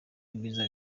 ibyiza